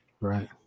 right